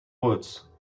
woods